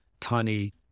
tiny